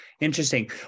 Interesting